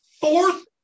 fourth